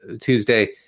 Tuesday